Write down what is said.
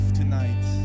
tonight